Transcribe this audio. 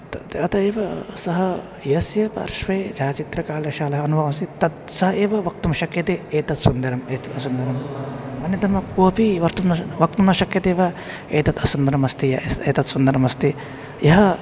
तत् अतः एव सः यस्य पार्श्वे छायाचित्रकारशाला अनुभवासीत् तत् स एव वक्तुं शक्यते एतत् सुन्दरम् एतत् असुन्दरम् अन्यतमः कोपि वक्तुं न श वक्तुं न शक्यते वा एतत् असुन्दरम् अस्ति एस् एतत् सुन्दरम् अस्ति यः